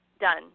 done